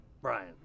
Brian